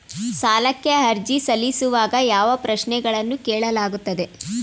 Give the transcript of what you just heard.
ಸಾಲಕ್ಕೆ ಅರ್ಜಿ ಸಲ್ಲಿಸುವಾಗ ಯಾವ ಪ್ರಶ್ನೆಗಳನ್ನು ಕೇಳಲಾಗುತ್ತದೆ?